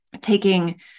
taking